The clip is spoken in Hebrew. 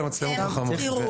אלא למצלמות חכמות.